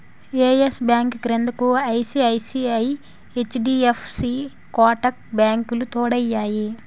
yes Bank క్రిందకు ICICI, HDFC Kotak బ్యాంకులు తోడయ్యాయి